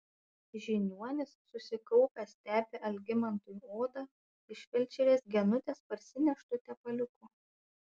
žiniuonis susikaupęs tepė algimantui odą iš felčerės genutės parsineštu tepaliuku